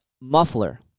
muffler